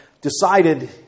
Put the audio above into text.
decided